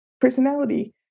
personality